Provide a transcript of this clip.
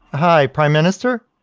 hi. prime minister?